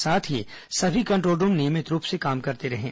साथ ही सभी कंट्रोल रूम नियमित रूप से काम करते रहें